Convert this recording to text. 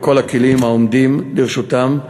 בכל הכלים העומדים לרשותם,